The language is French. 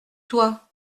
toi